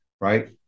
Right